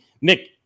Nick